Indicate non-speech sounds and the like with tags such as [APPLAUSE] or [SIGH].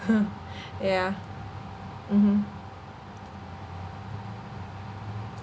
[LAUGHS] yeah mmhmm